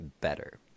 better